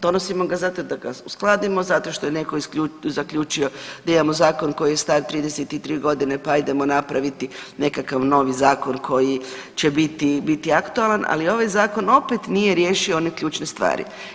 Donosimo ga zato da ga uskladimo, zato što je netko zaključio da imamo zakon koji je star 33.g., pa ajdemo napraviti nekakav novi zakon koji će biti, biti aktualan, ali ovaj zakon opet nije riješio one ključne stvari.